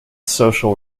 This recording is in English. social